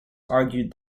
argued